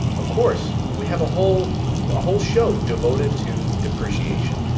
of course, we have a whole whole show devoted to depreciation.